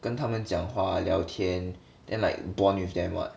跟他们讲话聊天 then like bond with them [what]